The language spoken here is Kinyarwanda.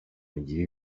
mugire